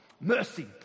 Mercy